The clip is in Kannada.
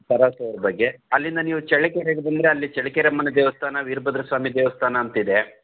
ತರಾಸು ಅವರ ಬಗ್ಗೆ ಅಲ್ಲಿಂದ ನೀವು ಚಳ್ಳಕೆರೆಗೆ ಬಂದರೆ ಅಲ್ಲಿ ಚಳ್ಳಕೆರಮ್ಮನ ದೇವಸ್ಥಾನ ವೀರಭದ್ರ ಸ್ವಾಮಿ ದೇವಸ್ಥಾನ ಅಂತಿದೆ